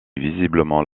visiblement